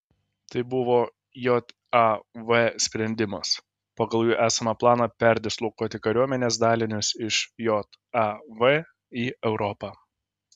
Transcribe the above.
tai buvo jav sprendimas pagal jų esamą planą perdislokuoti kariuomenės dalinius iš jav į europą